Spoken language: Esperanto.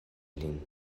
lin